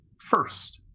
first